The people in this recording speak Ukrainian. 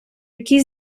який